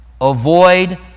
Avoid